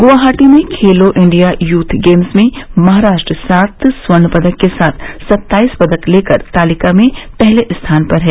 गुवाहाटी में Khelo India youth games में महाराष्ट्र सात स्वर्ण पदक के साथ सत्ताईस पदक लेकर तालिका में पहले स्थान पर है